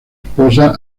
esposa